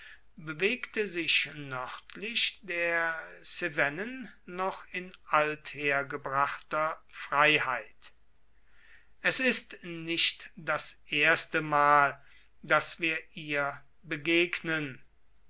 bewegte sich nördlich der cevennen noch in althergebrachter freiheit es ist nicht das erste mal daß wir ihr begegnen